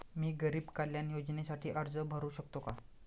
मी गरीब कल्याण योजनेसाठी अर्ज भरू शकतो का?